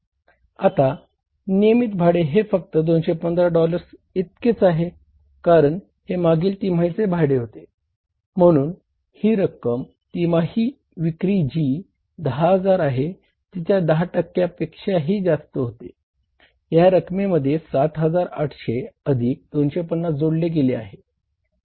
आता नियमित भाडे हे फक्त 215 डॉलर्स इतकेच आहे कारण हे मागील तिमाहीचे भाडे होते म्हणून ही रक्कम तिमाही विक्री जी 10000 आहे तिच्या 10 टक्क्या पेक्षाही जास्त होते ह्या रकमेमध्ये 7800 अधिक 250 जोडले गेले आहे